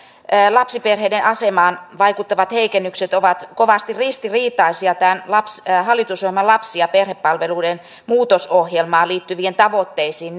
lapsiperheiden asemaan vaikuttavat heikennykset ovat kovasti ristiriitaisia tämän hallitusohjelman lapsi ja perhepalveluiden muutosohjelmaan liittyviin tavoitteisiin